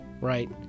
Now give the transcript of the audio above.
right